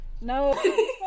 no